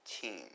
team